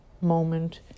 moment